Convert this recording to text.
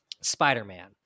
Spider-Man